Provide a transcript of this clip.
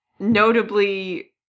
Notably